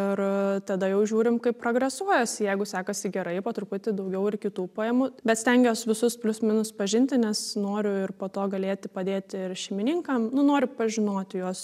ir tada jau žiūrim kaip progresuojas jeigu sekasi gerai po truputį daugiau ir kitų paimu bet stengiuos visus plius minus pažinti nes noriu ir po to galėti padėti ir šeimininkam nu noriu pažinoti juos